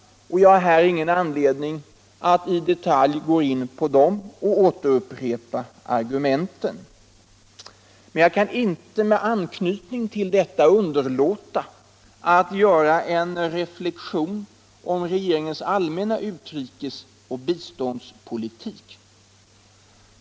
Jag har här ingen anledning att i detalj gå in på dessa och upprepa dem, men jag kan med anknytning till detta inte underlåta att göra några reflexioner kring regeringens utrikes och biståndspolitik.